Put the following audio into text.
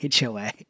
HOA